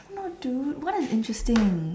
what do what is interesting